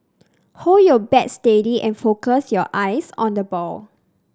hold your bat steady and focus your eyes on the ball